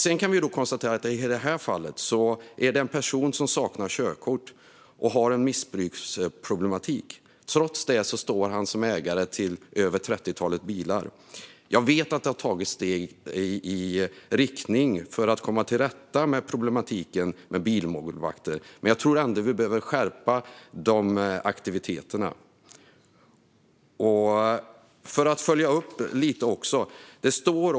Vi kan konstatera att det i det här fallet gäller en person som saknar körkort och som har en missbruksproblematik. Trots det står han som ägare till över ett trettiotal bilar. Jag vet att det har tagits steg i riktning mot att komma till rätta med problematiken med bilmålvakter, men jag tror ändå att vi behöver skärpa aktiviteterna. Jag vill följa upp det hela lite grann.